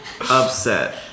upset